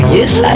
Yes